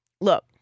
look